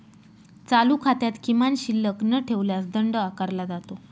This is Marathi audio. चालू खात्यात किमान शिल्लक न ठेवल्यास दंड आकारला जातो